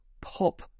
pop